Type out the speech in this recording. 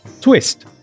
twist